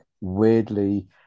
weirdly